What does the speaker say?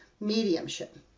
mediumship